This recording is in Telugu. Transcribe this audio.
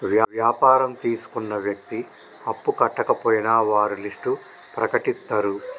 వ్యాపారం తీసుకున్న వ్యక్తి అప్పు కట్టకపోయినా వారి లిస్ట్ ప్రకటిత్తరు